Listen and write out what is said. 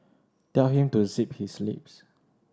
tell him to zip his lips